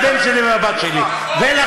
על הבן שלי ועל הבת שלי,